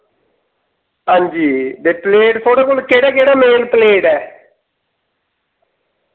हां जी ते प्लेट थुआढ़े कोल केह्ड़े केह्ड़े मेल प्लेट ऐ